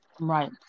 right